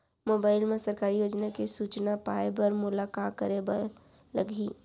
mobile मा सरकारी योजना के सूचना पाए बर मोला का करे बर लागही